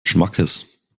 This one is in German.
schmackes